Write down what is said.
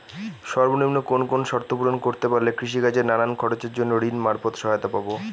সর্বনিম্ন কোন কোন শর্ত পূরণ করতে পারলে কৃষিকাজের নানান খরচের জন্য ঋণ মারফত সহায়তা পাব?